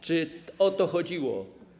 Czy o to chodziło?